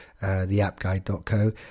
theappguide.co